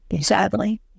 sadly